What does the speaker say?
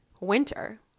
winter